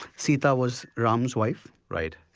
sita was ram's wife right,